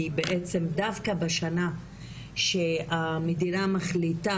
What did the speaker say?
כי בעצם דווקא בשנה שהמדינה מחליטה,